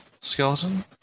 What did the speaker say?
Skeleton